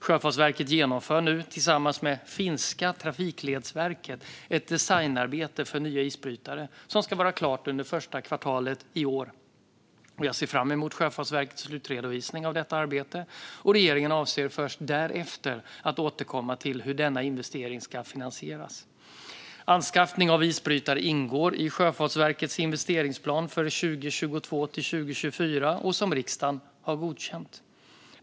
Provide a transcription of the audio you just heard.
Sjöfartsverket genomför nu tillsammans med finska Trafikledsverket ett designarbete för nya isbrytare som ska vara klart under första kvartalet i år. Jag ser fram emot Sjöfartsverkets slutredovisning av detta arbete, och regeringen avser att först därefter återkomma till hur denna investering ska finansieras. Anskaffning av isbrytare ingår i Sjöfartsverkets investeringsplan för 2022-2024, som riksdagen har godkänt.